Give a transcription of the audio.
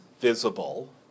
visible